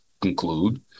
conclude